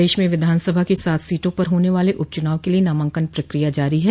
प्रदेश में विधानसभा की सात सीटों पर होने वाले उपचुनाव के लिए नामांकन प्रकिया जारी है